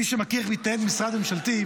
מי שמכיר איך מתנהל משרד ממשלתי,